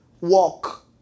Walk